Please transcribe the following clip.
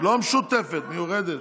לא משותפת, מיוחדת.